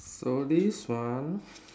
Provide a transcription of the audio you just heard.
so this one